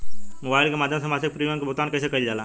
Mobile के माध्यम से मासिक प्रीमियम के भुगतान कैसे कइल जाला?